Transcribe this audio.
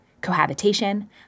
cohabitation